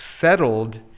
settled